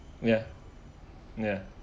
ya ya